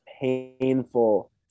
painful